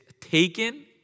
taken